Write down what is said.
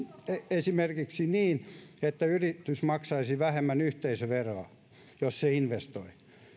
esimerkiksi niin että yritys maksaisi vähemmän yhteisöveroa jos se investoi